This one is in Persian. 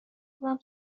زدم